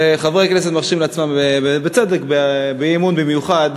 וחברי הכנסת מרשים לעצמם, בצדק, באי-אמון במיוחד,